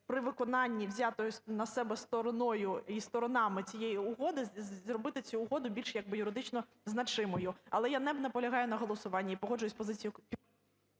при виконанні взятої на себе стороною і сторонами цієї угоди, зробити цю угоду більш як би юридично значимою. Але я не наполягаю на голосуванні. І погоджуюся з позицією…